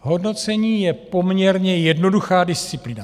Hodnocení je poměrně jednoduchá disciplína.